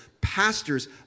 pastors